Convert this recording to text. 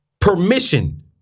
permission